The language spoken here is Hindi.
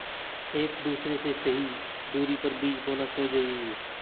एक दूसरे से सही दूरी पर बीज बोना क्यों जरूरी है?